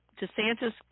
DeSantis